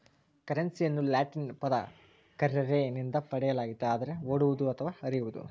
ಕರೆನ್ಸಿಯನ್ನು ಲ್ಯಾಟಿನ್ ಪದ ಕರ್ರೆರೆ ನಿಂದ ಪಡೆಯಲಾಗಿದೆ ಅಂದರೆ ಓಡುವುದು ಅಥವಾ ಹರಿಯುವುದು